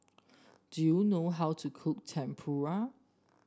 do you know how to cook Tempura